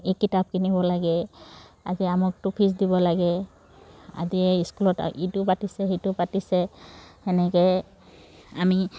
এই কিতাপ কিনিব লাগে আদি আমুকটো ফিজ দিব লাগে আজি স্কুলত ইটো পাতিছে সিটো পাতিছে তেনেকৈ আমি